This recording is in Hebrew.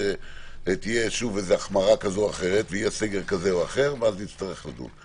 ותהיה שוב החמרה כזו או אחרת ואז נצטרך לדון.